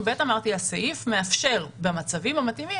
אמרתי שהסעיף מאפשר במצבים המתאימים